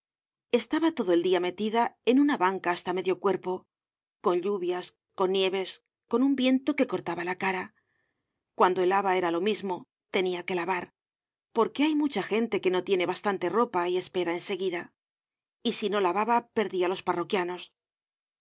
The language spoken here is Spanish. estaba todo el dia metida en una banca hasta medio cuerpo con lluvias con nieves con un viento que cortaba la cara cuando helaba era lo mismo tenia que lavar porque hay mucha gente que no tiene bastante ropa y espera en seguida y si no lavaba perdialos parroquianos las